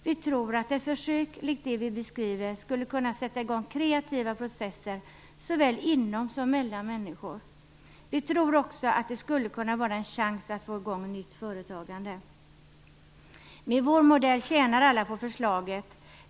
Vi tror att ett försök likt det vi beskriver skulle kunna sätta i gång kreativa processer såväl inom som mellan människor. Vi tror också att det skulle kunna vara en chans att få i gång nytt företagande. Med vår modell tjänar alla på förslaget.